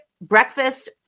breakfast